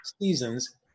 seasons